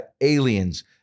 aliens